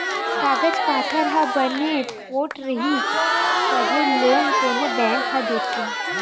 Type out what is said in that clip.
कागज पाथर ह बने पोठ रइही तभे लोन कोनो बेंक ह देथे